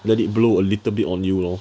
let it blow a little bit on you lor